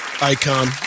icon